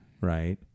Right